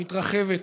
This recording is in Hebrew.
מתרחבת.